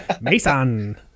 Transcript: Mason